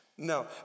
No